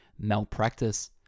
malpractice